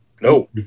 No